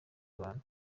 rwanda